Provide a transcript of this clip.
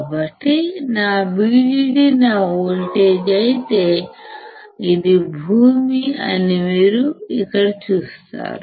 కాబట్టి VDD నా voltage అయితే ఇది గ్రౌండ్ అని మీరు ఇక్కడ చూస్తారు